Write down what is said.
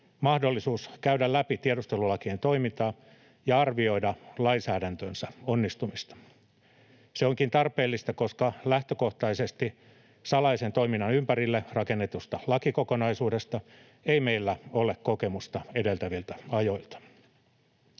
mahdollisuus käydä läpi tiedustelulakien toimintaa ja arvioida lainsäädäntönsä onnistumista. Se onkin tarpeellista, koska lähtökohtaisesti salaisen toiminnan ympärille rakennetusta lakikokonaisuudesta ei meillä ole kokemusta edeltäviltä ajoilta.